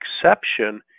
exception